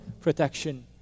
protection